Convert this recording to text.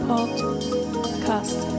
Podcast